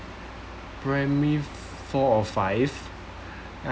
primary four or five